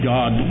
God